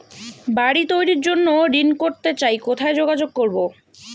বাড়ি তৈরির জন্য ঋণ করতে চাই কোথায় যোগাযোগ করবো?